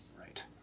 Right